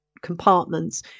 compartments